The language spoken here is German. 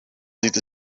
sieht